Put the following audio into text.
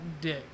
Dick